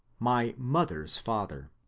my mother's father.